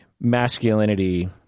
masculinity